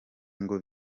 ngo